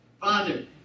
Father